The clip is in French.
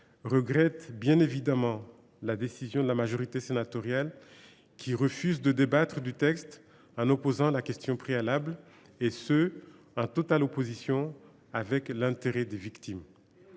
regrette bien évidemment la décision de la majorité sénatoriale, qui refuse de débattre du texte en déposant une motion tendant à opposer la question préalable, et ce en totale opposition avec l’intérêt des victimes.